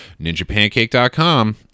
ninjapancake.com